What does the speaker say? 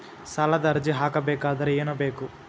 ಸಾಲದ ಅರ್ಜಿ ಹಾಕಬೇಕಾದರೆ ಏನು ಬೇಕು?